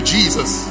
Jesus